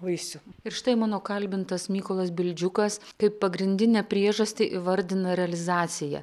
vaisių ir štai mano kalbintas mykolas bildžiukas kaip pagrindinę priežastį įvardina realizaciją